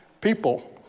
people